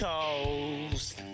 Coast